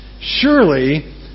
Surely